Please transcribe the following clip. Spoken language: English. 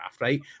right